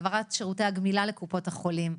העברת שירותי הגמילה לקופות החולים,